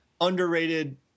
underrated